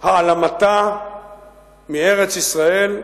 והעלמתה מארץ-ישראל,